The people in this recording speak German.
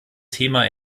thema